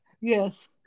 Yes